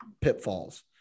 pitfalls